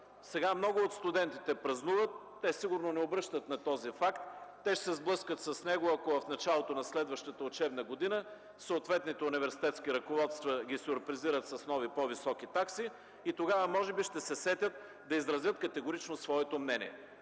Сега много от студентите празнуват. Те сигурно не обръщат внимание на този факт. Те ще се сблъскат с него, ако в началото на следващата учебна година съответните университетски ръководства ги сюрпризират с нови, по-високи такси, и тогава може би ще се сетят да изразят категорично своето мнение.